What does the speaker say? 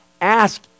ask